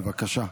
בבקשה,